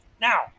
Now